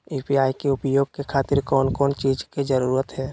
UPI के उपयोग के खातिर कौन कौन चीज के जरूरत है?